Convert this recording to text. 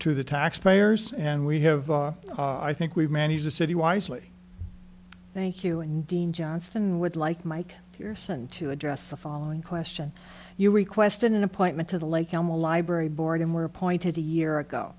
to the tax payers and we have i think we manage the city wisely thank you and dean johnson would like mike pearson to address the following question you requested an appointment to the lake animal library board and were appointed a year ago